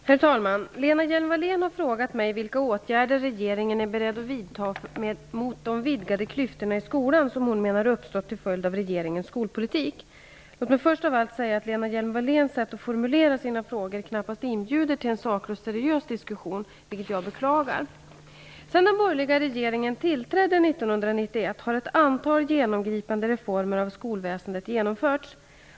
Herr talman! Lena Hjelm-Wallén har frågat mig vilka åtgärder regeringen är beredd att vidta mot de vidgade klyftor i skolan som hon menar uppstått till följd av regeringens skolpolitik. Låt mig först av allt säga att Lena Hjelm-Walléns sätt att formulera sina frågor knappast inbjuder till en saklig och seriös diskussion, vilket jag beklagar. Sedan den borgerliga regeringen tillträde 1991 har ett antal genomgripande reformer av skolväsendet genomförts.